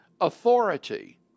authority